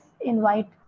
invite